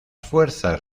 fuerzas